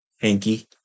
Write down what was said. hanky